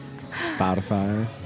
Spotify